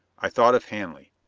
i thought of hanley.